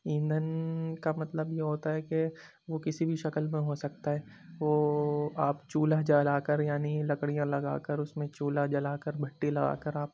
ایندھن کا مطلب یہ ہوتا ہے کہ وہ کسی بھی شکل میں ہو سکتا ہے وہ آپ چولہا جلا کر یعنی لکڑیاں لگا کر اس میں چولہا جلا کر بھٹی لگا کر آپ